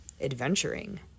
adventuring